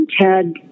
Ted